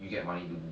orh cause